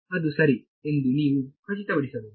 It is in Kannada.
ಅದು ಸರಿ ಎಂದು ನೀವು ಖಚಿತಪಡಿಸಬಹುದು